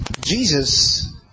Jesus